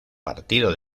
partido